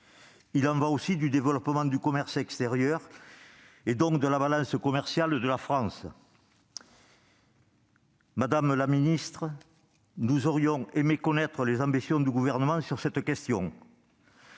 Il y va aussi du développement du commerce extérieur et, donc, de la balance commerciale de la France. Madame la ministre, nous aurions aimé connaître les ambitions du Gouvernement dans ce domaine.